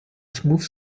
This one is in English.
smooth